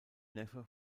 neffe